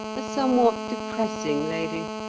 a somewhat depressing lady.